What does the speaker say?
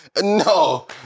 No